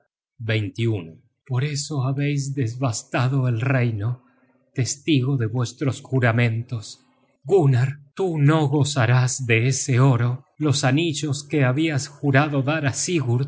hermana por eso habeis devastado el reino testigo de vuestros juramentos gunnar tú no gozarás de ese oro los anillos que habias jurado dar á